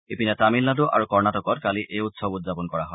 ইপিনে তামিলনাডু আৰু কৰ্ণাটকত কালি এই উৎসৱ উদযাপন কৰা হয়